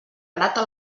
grata